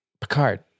Picard